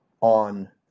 on